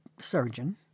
surgeon